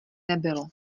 nebylo